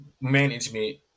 management